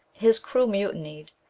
his crew mutinied,